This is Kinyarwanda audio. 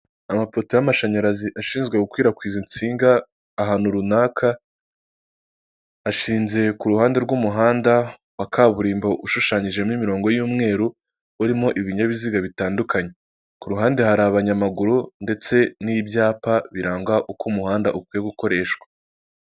Amapoto y'amashanyarazi ashinzwe gukwirakwiza insinga ahantu runaka, ashinze ku ruhande rw'umuhanda wa kaburimbo ushushanyijemo imirongo y'umweru urimo ibinyabiziga bitandukanye, ku ruhande hari abanyamaguru ndetse n'ibyapa biranga uko umuhanda ukwiye gukoreshwa.